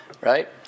right